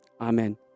Amen